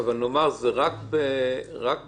יש פרשנות של